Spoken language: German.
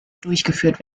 durchgeführt